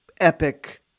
Epic